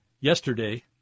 yesterday